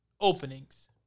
openings